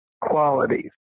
qualities